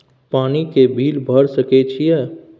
पानी के बिल भर सके छियै?